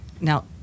Now